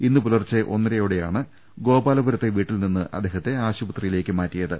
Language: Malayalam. ഇന്ന് പുലർച്ചെ ഒന്നരയോടെയാണ് ഗോപാലപു രത്തെ വീട്ടിൽനിന്ന് അദ്ദേഹത്തെ ആശുപത്രിയിലേക്ക് മാറ്റിയത്